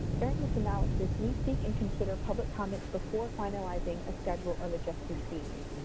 during this analysis we seek and consider public comments before finalizing a schedule of adjusted fees.